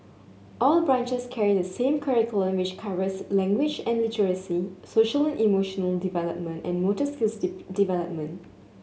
all branches carry the same curriculum which covers language and literacy social and emotional development and motor skills development